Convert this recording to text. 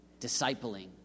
discipling